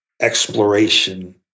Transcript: exploration